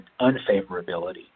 unfavorability